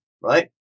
right